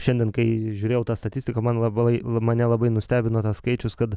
šiandien kai žiūrėjau tą statistiką man labalai la mane labai nustebino tas skaičius kad